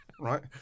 right